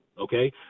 okay